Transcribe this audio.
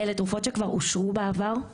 אלה תרופות שכבר אושרו בעבר,